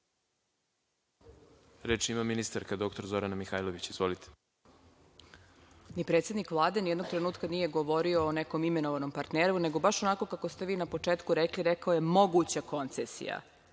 Reč ima ministarka dr Zorana Mihajlović. **Zorana Mihajlović** Ni predsednik Vlade ni jednog trenutka nije govorio o nekom imenovanom partneru, nego baš onako kako ste vi na početku rekli, rekao je moguća koncesija.